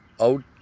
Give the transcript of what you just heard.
out